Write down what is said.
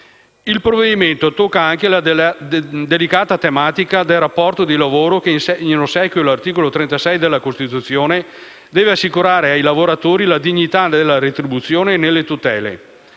Il provvedimento tocca anche la delicata tematica del rapporto di lavoro che, in ossequio all'articolo 36 della Costituzione, deve assicurare ai lavoratori dignità nella retribuzione e nelle tutele: